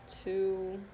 two